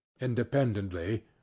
independently